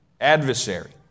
adversary